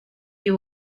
you